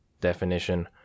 Definition